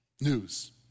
News